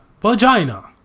vagina